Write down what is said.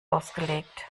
ausgelegt